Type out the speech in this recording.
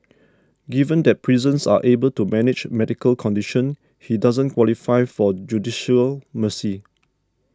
given that prisons are able to manage medical condition he doesn't qualify for judicial mercy